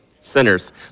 sinners